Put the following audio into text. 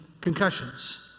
concussions